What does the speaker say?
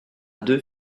deux